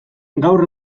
gaur